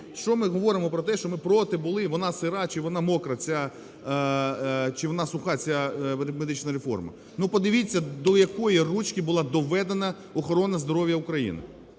Що ми говоримо про те, що ми проти були, вона сира чи вона мокра ця... чи вона суха ця медична реформа? Ну подивіться до якої ручки була доведена охорона здоров'я України,